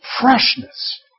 freshness